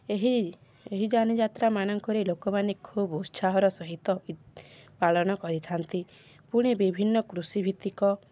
ଏହି ଏହି ଯାନିଯାତ୍ରା ମାନଙ୍କରେ ଲୋକମାନେ ଖୁବ ଉତ୍ସାହର ସହିତ ପାଳନ କରିଥାନ୍ତି ପୁଣି ବିଭିନ୍ନ କୃଷି ଭିତ୍ତିକ